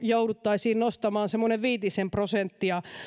jouduttaisiin nostamaan semmoiset viitisen prosenttia